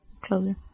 closer